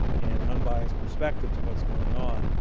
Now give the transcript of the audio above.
and an unbiased perspective to what's going on.